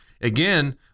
Again